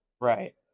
Right